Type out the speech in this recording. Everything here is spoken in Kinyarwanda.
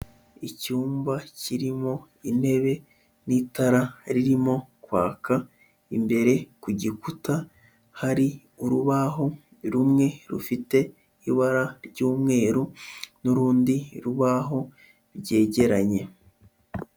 Icyumba kirimo intebe n'itara ririmo kwaka, imbere ku gikuta hari urubaho rumwe rufite ibara ry'umweru n'urundi rubaho byegeranye.